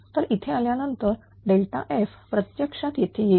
तर इथे आल्यानंतर f प्रत्यक्षात येथे येईल